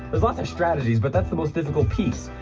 there's lots of strategies but that's the most difficult piece,